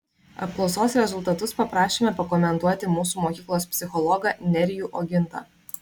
apklausos rezultatus paprašėme pakomentuoti mūsų mokyklos psichologą nerijų ogintą